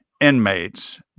inmates